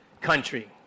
country